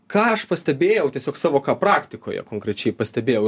ką aš pastebėjau tiesiog savo praktikoje konkrečiai pastebėjau